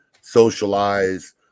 socialize